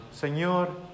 Señor